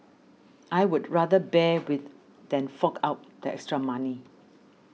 I would rather bear with than fork out the extra money